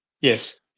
Yes